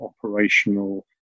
operational